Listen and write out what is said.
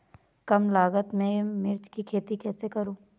कम लागत में मिर्च की खेती कैसे करूँ?